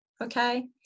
okay